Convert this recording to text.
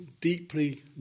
deeply